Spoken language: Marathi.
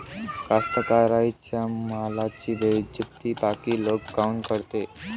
कास्तकाराइच्या मालाची बेइज्जती बाकी लोक काऊन करते?